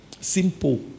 Simple